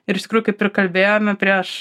ir iš tikrųjų kaip ir kalbėjome prieš